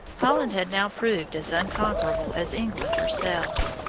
holland had now proved as unconquerable as england herself.